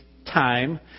Time